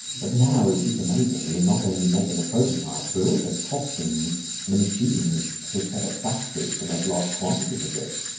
but now, it's amazing, we're not only making the prototypes, we're also costing the machines to set up factories to make large quantities of this.